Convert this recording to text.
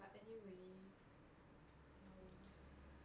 but anyway ya lor